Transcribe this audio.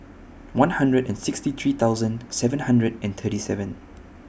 one hundred and sixty three thousand seven hundred and thirty seven